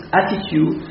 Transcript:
attitude